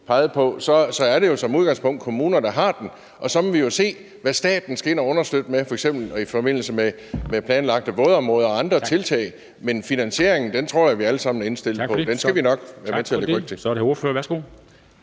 pegede på, er det jo som udgangspunkt kommunerne, der har den, og så må vi se, hvad staten skal ind at understøtte med, f.eks. i forbindelse med planlagte vådområder og andre tiltag. Men finansieringen tror jeg vi alle sammen er indstillet på at lægge ryg til – det skal vi nok være med til.